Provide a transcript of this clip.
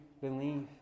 believe